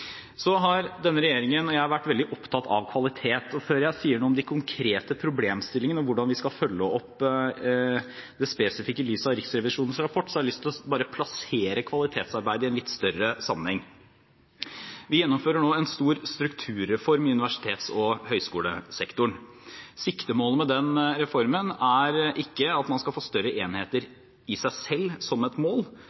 Så har denne regjeringen og jeg vært veldig opptatt av kvalitet. Før jeg sier noe om de konkrete problemstillingene og hvordan vi skal følge det opp spesifikt i lys av Riksrevisjonens rapport, har jeg lyst til bare å plassere kvalitetsarbeidet i en litt større sammenheng. Vi gjennomfører nå en stor strukturreform i universitets- og høyskolesektoren. Siktemålet med den reformen er ikke at man skal få større enheter i seg selv, som et mål,